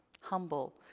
humble